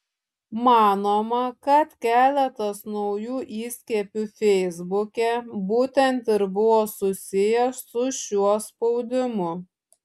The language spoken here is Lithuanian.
manoma kad keletas naujų įskiepių feisbuke būtent ir buvo susiję su šiuo spaudimu